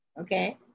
okay